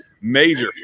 major